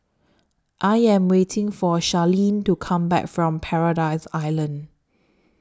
I Am waiting For Charleen to Come Back from Paradise Island